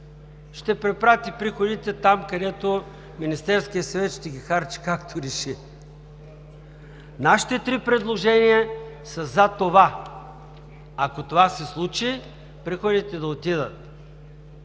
ще препрати приходите там, където Министерският съвет ще ги харчи както реши. Нашите три предложения са за това. Ако това се случи, приходите да отидат